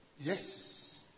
Yes